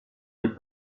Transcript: les